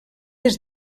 des